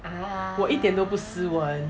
我一点都不斯文